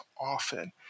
often